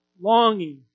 longing